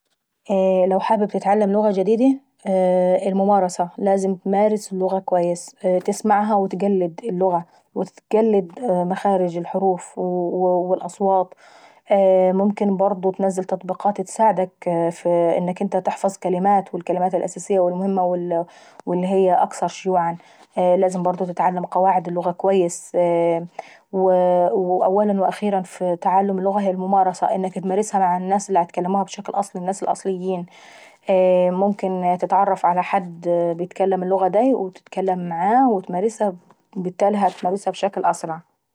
لو حابب تتعلم لغة جديدي، الممارسة. لازم اتمارس اللغة اكويس، تسمعها وتقلد اللغة وتقلد مخارج الحروف والاصوات. ممكن تنزل تطبيقات اتساعدك في انك انت تحفظ كلمات. والكلمات الاساية والمهمة واللي هي الأكثر شيوعا، لازم برضه تتعلم قواعد اللغة اكويس. واولا وأخيرا في تعلم اللغة هي الممارسة. ممكن تمارسها مع الناس اللي عيتكلموها بشكل اصلي الناس الاصليين. ممكن تتعرف على حد عيتكلم اللغة داي وتمارسها معاه وبالتالي هتمارسها وتتعلمها بشكل أسرع.